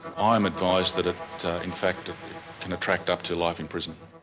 i'm advised that it in fact can attract up to life imprisonment.